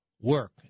work